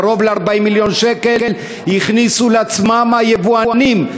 קרוב ל-40 מיליון שקל הכניסו לעצמם היבואנים,